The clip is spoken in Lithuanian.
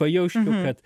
pajausčiau kad